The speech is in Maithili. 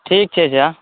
ठीक छै चचा